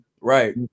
right